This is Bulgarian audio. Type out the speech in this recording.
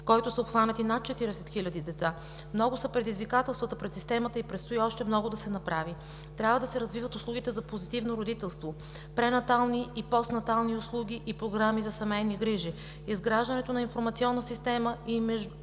в който са обхванати над 40 хиляди деца. Много са предизвикателствата пред системата и предстои още много да се направи. Трябва да се развиват услугите за позитивно родителство – пренатални и постнатални услуги и програми за семейни грижи; изграждането на информационна система и междуинституционални